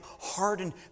hardened